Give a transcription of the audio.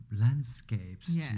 landscapes